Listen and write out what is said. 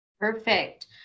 Perfect